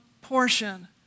portion